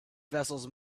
vessels